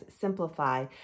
simplify